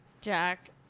Jack